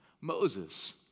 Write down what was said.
Moses